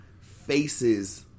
faces